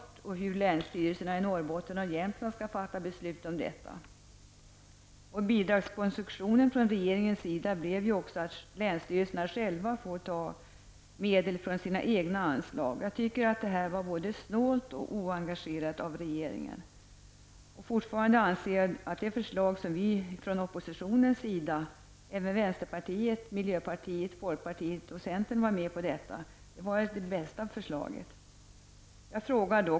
Det är också oklart hur länsstyrelserna i Norrbottens och Jämtlands län skall fatta beslut om detta. Regeringens bidragskonstruktion blev ju att länsstyrelserna får ta medel från sina egna anslag. Jag tycker att det är både snålt och oengagerat av regeringen. Fortfarande anser jag att det förslag som vi från oppositionens sida framförde var det bästa. Där var vänsterpartiet, miljöpartiet, centern och folkpartiet med.